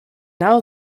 now